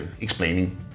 explaining